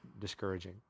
discouraging